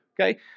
Okay